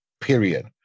period